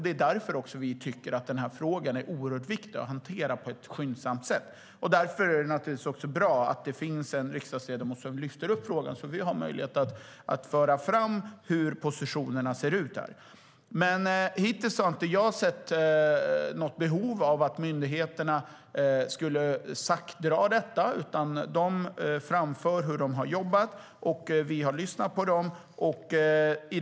Det är också därför vi tycker att frågan är oerhört viktig att hantera på ett skyndsamt sätt. Därför är det också bra att det finns en riksdagsledamot som lyfter upp frågan, så att vi har möjlighet att föra fram hur positionerna ser ut. Hittills har jag inte sett att myndigheterna drar ut på detta. De framför hur de har jobbat, och vi har lyssnat på dem.